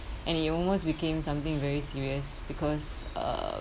and he almost became something very serious because uh